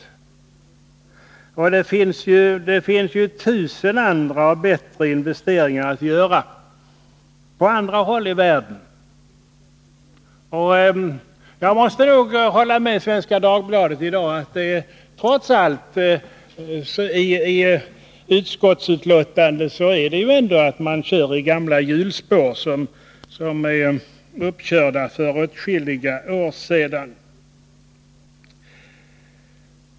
Det finns tusen andra och bättre investeringar att göra på andra håll i världen. Jag måste nog instämma i det som sades i Svenska Dagbladet i dag, att det trots allt som sägs i utrikesutskottets betänkande handlar om vi i stort fortsätter att köra i gamla hjulspår, uppkörda för åtskilliga år sedan.